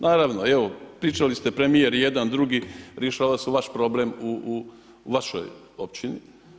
Naravno evo pričali ste premijer jedan, drugi, rješava se vaš problem u vašoj općini.